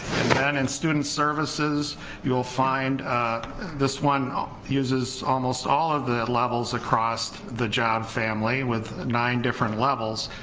then in student services you'll find this one uses almost all of the levels across the job family with nine different levels,